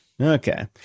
Okay